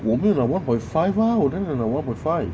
我没有拿 one point five ah 我哪里有拿 one point five